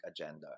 agenda